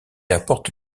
apporte